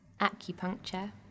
Acupuncture